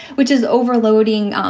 which is overloading. um